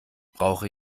brauche